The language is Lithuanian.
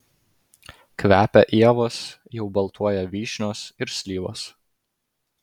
kvepia ievos jau baltuoja vyšnios ir slyvos